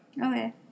Okay